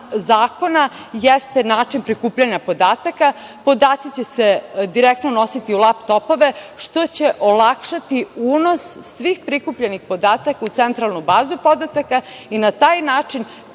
zakona jeste način prikupljanja podataka. Podaci će se direktno unositi u lap topove što će olakšati unos svih prikupljenih podataka u Centralnu bazu podataka i na taj način